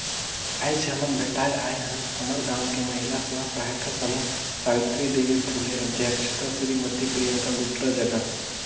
आयज हमन भेटाय आय हन हमर गांव के महिला स्व सहायता समूह सवित्री देवी फूले अध्यक्छता सिरीमती प्रियंका गुप्ता जघा